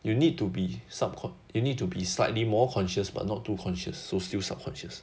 you need to be subcon~ you need to be slightly more conscious but not too conscious so still subconscious